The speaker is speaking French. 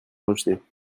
rejeter